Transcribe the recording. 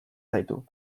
zaitu